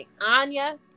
Anya